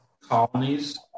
Colonies